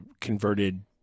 converted